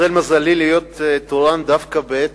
התמזל מזלי להיות תורן דווקא בעת